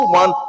one